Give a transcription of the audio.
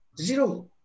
zero